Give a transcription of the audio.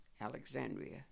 Alexandria